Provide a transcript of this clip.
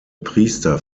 priester